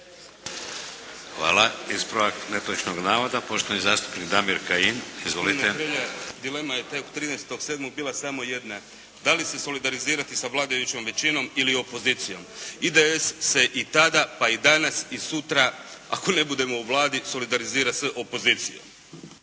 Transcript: Hvala. Ispravak netočnog navoda, poštovani zastupnik Damir Kajin. Izvolite. **Kajin, Damir (IDS)** Gospodine Hrelja, dilema je tek 13.7. bila samo jedna, da li se solidarizirati sa vladajućom većinom ili opozicijom. IDS se i tada pa i danas i sutra ako ne budemo u Vladi solidarizira sa opozicijom.